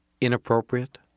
inappropriate